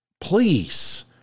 please